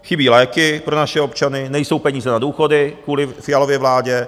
Chybí léky pro naše občany, nejsou peníze na důchody kvůli Fialově vládě.